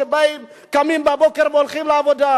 ממעמד הביניים?